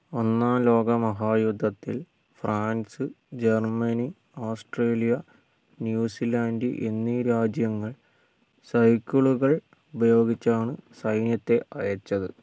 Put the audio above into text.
ഒന്നാം ലോകമഹായുദ്ധത്തിൽ France Germany Australia New Zealand എന്നീ രാജ്യങ്ങൾ സൈക്കിളുകൾ ഉപയോഗിച്ചാണ് സൈന്യത്തെ അയച്ചത്